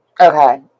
Okay